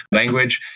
language